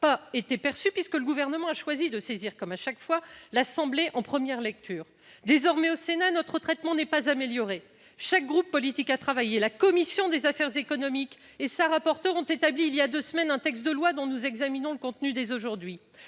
pas été perçu puisque le Gouvernement a choisi de saisir, comme à chaque fois, l'Assemblée nationale en première lecture, mais désormais le traitement dont fait l'objet le Sénat n'est pas amélioré. Chaque groupe politique a travaillé. La commission des affaires économiques et sa rapporteur ont établi il y a deux semaines un texte de loi dont nous examinons le contenu dès aujourd'hui.